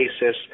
basis